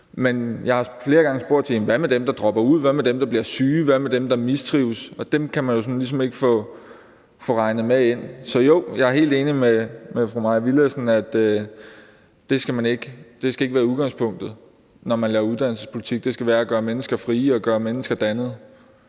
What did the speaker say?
Men jeg har flere gange spurgt: Hvad med dem, der dropper ud, hvad med dem, der bliver syge, og hvad med dem, der mistrives? Dem kan man ligesom ikke få regnet med ind. Så jo, jeg er helt enig med fru Mai Villadsen i, at det ikke skal være udgangspunktet, når man laver uddannelsespolitik. Udgangspunktet skal være at gøre mennesker frie og gøre mennesker dannede.